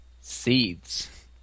Seeds